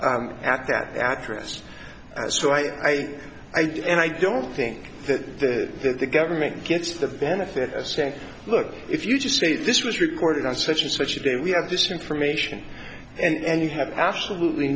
at that address so i i do and i don't think that the that the government gets the benefit of saying look if you just say this was recorded on such and such a day we have this information and you have absolutely